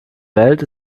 welt